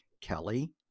Kelly